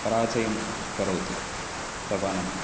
पराजयं करोति सर्वानपि